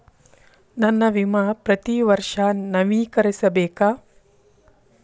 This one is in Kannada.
ನನ್ನ ವಿಮಾ ಪ್ರತಿ ವರ್ಷಾ ನವೇಕರಿಸಬೇಕಾ?